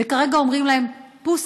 וכרגע אומרים להם: פוס,